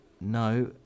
No